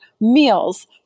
meals